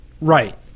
Right